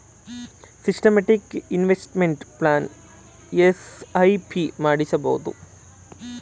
systematic investment plan SIP ಮಾಡಿಸಬಹುದು